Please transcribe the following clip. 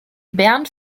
bernd